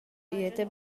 ийэтэ